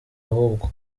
ahubwo